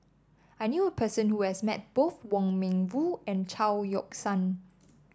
I knew a person who has met both Wong Meng Voon and Chao Yoke San